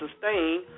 sustain